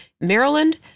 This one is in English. Maryland